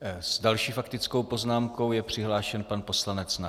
S další faktickou poznámkou je přihlášen pan poslanec Nacher.